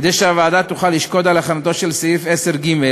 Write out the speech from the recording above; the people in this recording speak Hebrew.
כדי שהוועדה תוכל לשקוד על הכנתו של סעיף 10ג(ד)(1)(ב)